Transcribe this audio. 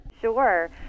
Sure